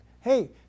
Hey